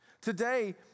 Today